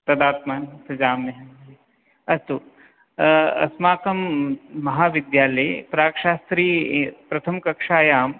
तदात्मानं सृजाम्यहम् अस्तु अस्माकं महाविद्यालये प्राक्शास्त्री प्रथमकक्षायां